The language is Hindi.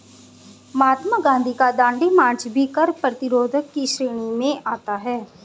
महात्मा गांधी का दांडी मार्च भी कर प्रतिरोध की श्रेणी में आता है